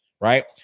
Right